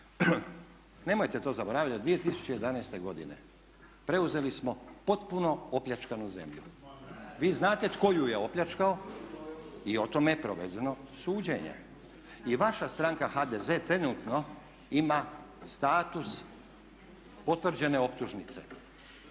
nemojte to zaboravljati. 2011. godine preuzeli smo potpuno opljačkanu zemlju. Vi znate tko ju je opljačkao i o tome je provedeno suđenje. I vaša stranka HDZ trenutno ima status potvrđene optužnice